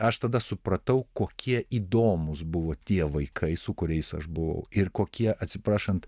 aš tada supratau kokie įdomūs buvo tie vaikai su kuriais aš buvau ir kokie atsiprašant